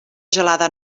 gelada